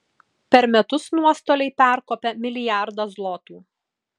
per metus nuostoliai perkopia milijardą zlotų